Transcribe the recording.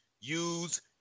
use